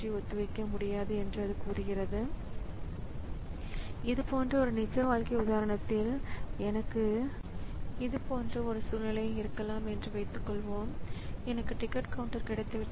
எடுத்துக்காட்டாக எந்த அச்சுப்பொறி வேலை வழங்கப்பட்டாலும் அது முடிந்துவிட்டது என்று ஒரு அச்சுப்பொறி குறுக்கீடு அளித்துள்ளது